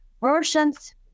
versions